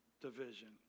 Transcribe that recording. division